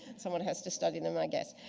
someone has to study them i guess.